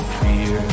fear